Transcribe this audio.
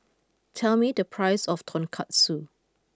tell me the price of Tonkatsu